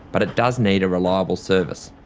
but it does need a reliable service.